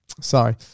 sorry